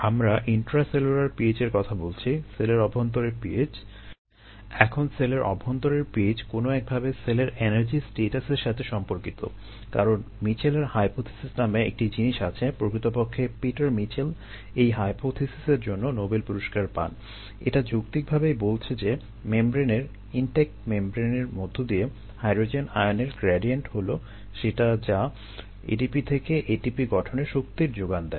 আমরা intracellular pH এর কথা বলছি সেলের অভ্যন্তরের pH এখন সেলের অভ্যন্তরের pH কোনো একভাবে সেলের এনার্জি স্ট্যাটাসের সাথে সম্পর্কিত কারণ মিচেলের হাইপোথিসিস নামে হলো সেটা যা ADP থেকে ATP গঠনে শক্তির যোগান দেয়